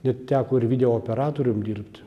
ir teko ir video operatorium dirbt